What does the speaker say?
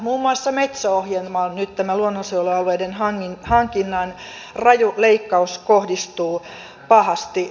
muun muassa metso ohjelmaan nyt tämä luonnonsuojelualueiden hankinnan raju leikkaus kohdistuu pahasti